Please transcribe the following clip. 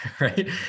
right